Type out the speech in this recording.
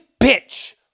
bitch